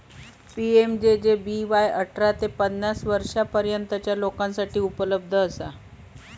PMJJBY अठरा ते पन्नास वर्षांपर्यंतच्या लोकांसाठी उपलब्ध असा